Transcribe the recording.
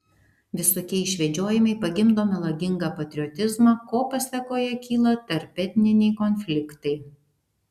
visokie išvedžiojimai pagimdo melagingą patriotizmą ko pasėkoje kyla tarpetniniai konfliktai